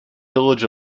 village